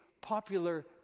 popular